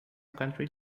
country